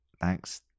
thanks